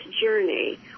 journey